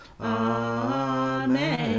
Amen